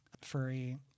Furry